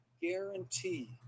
guarantee